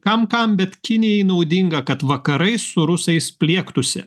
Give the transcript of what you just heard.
kam kam bet kinijai naudinga kad vakarai su rusais pliektųsi